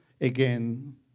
again